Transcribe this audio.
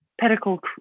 pedicle